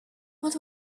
what